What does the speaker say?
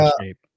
shape